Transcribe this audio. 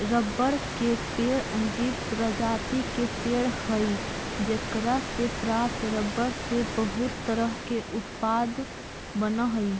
रबड़ के पेड़ अंजीर प्रजाति के पेड़ हइ जेकरा से प्राप्त रबर से बहुत तरह के उत्पाद बनऽ हइ